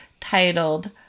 titled